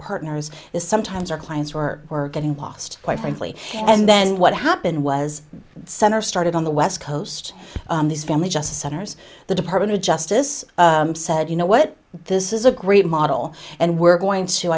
partners is sometimes our clients were getting lost quite frankly and then what happened was the center started on the west coast this family just centers the department of justice said you know what this is a great model and we're going to